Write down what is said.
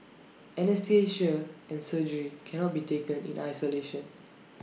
anaesthesia and surgery cannot be taken in isolation